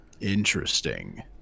Interesting